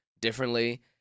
differently